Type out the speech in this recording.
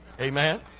Amen